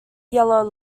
yellow